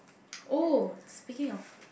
oh speaking of